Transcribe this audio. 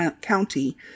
County